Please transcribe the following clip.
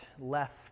left